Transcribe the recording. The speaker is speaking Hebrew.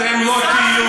אתם לא תהיו,